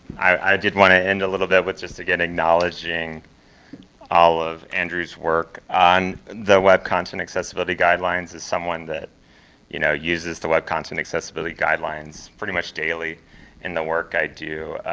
i did want to end a little bit with just, again, acknowledging all of andrew's work on the web content accessibility guidelines, as someone who you know uses the web content accessibility guidelines pretty much daily in the work i do,